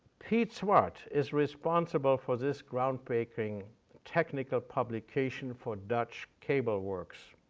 piet zwart is responsible for this groundbreaking technical publication for dutch cable works,